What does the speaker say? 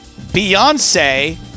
Beyonce